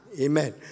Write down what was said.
Amen